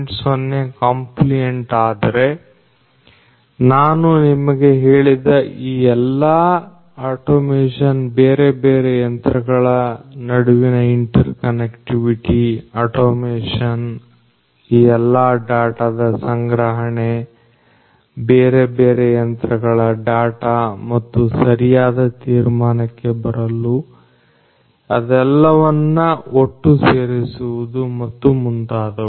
0 compliant ಆದ್ರೆ ನಾನು ನಿಮಗೆ ಹೇಳಿದ ಈ ಎಲ್ಲಾ ಆಟೋಮೇಶನ್ ಬೇರೆ ಬೇರೆ ಯಂತ್ರಗಳ ನಡುವಿನ ಇಂಟರ್ ಕನೆಕ್ಟಿವಿಟಿ ಅಟೋಮೇಶನ್ ಈ ಎಲ್ಲಾ ಡಾಟಾದ ಸಂಗ್ರಹಣೆ ಬೇರೆ ಬೇರೆ ಯಂತ್ರಗಳ ಡಾಟಾ ಮತ್ತು ಸರಿಯಾದ ತೀರ್ಮಾನಕ್ಕೆ ಬರಲು ಅದೆಲ್ಲವನ್ನು ಒಟ್ಟು ಸೇರಿಸುವುದು ಮತ್ತು ಮುಂತಾದವುಗಳು